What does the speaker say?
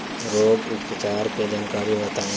रोग उपचार के जानकारी बताई?